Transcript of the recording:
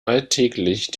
alltäglich